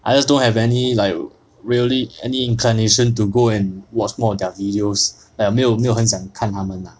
I just don't have any like really any inclination to go and watch more of their videos like 我没有没有很想看他们 lah